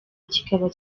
kikaba